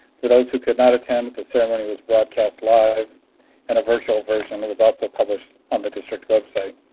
for those who could not attend, the ceremony was broadcast live and a virtual version was also published on the district website.